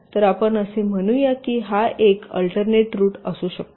तर आपण असे म्हणूया की हा एक अल्टर्नेट रूट असू शकतो